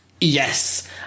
Yes